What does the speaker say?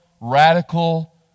radical